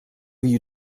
you